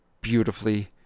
beautifully